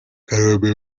kanombe